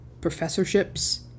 professorships